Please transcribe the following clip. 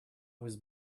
was